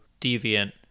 Deviant